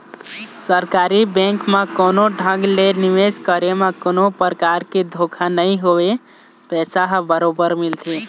सरकारी बेंक म कोनो ढंग ले निवेश करे म कोनो परकार के धोखा नइ होवय पइसा ह बरोबर मिलथे